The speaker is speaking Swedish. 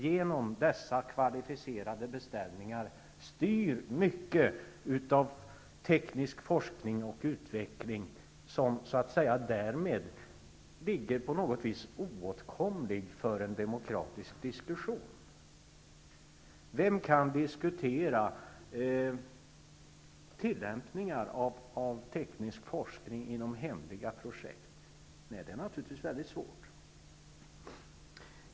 Genom dessa kvalificerade beställningar styr samhället mycket av teknisk forskning och utveckling, som därmed blir oåtkomlig för en demokratisk diskussion. Vem kan diskutera tillämpningar av teknisk forskning i hemliga projekt? Det är naturligtvis mycket svårt.